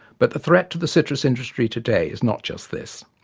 but the threat to the citrus industry today is not just this.